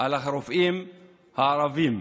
נגד הרופאים הערבים,